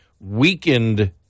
weakened